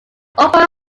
opera